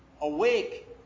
Awake